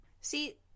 See